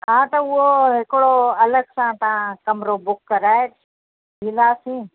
हा त उहो हिकिड़ो अलॻि सां तव्हां कमिरो बुक कराए ॾींदासीं